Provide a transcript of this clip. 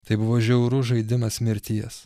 tai buvo žiaurus žaidimas mirties